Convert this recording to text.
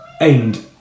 aimed